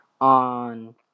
on